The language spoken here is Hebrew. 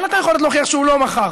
אין לך יכולת להוכיח שהוא לא מכר,